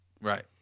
right